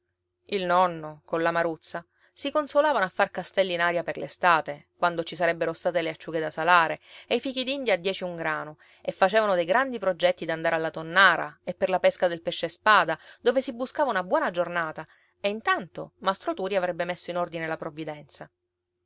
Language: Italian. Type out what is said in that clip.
il nonno colla maruzza si consolavano a far castelli in aria per l'estate quando ci sarebbero state le acciughe da salare e i fichidindia a dieci un grano e facevano dei grandi progetti d'andare alla tonnara e per la pesca del pesce spada dove si buscava una buona giornata e intanto mastro turi avrebbe messo in ordine la provvidenza